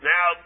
Now